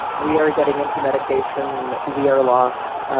we are getting into meditation. we are lost.